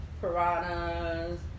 piranhas